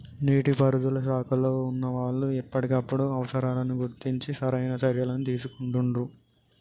నీటి పారుదల శాఖలో వున్నా వాళ్లు ఎప్పటికప్పుడు అవసరాలను గుర్తించి సరైన చర్యలని తీసుకుంటాండ్రు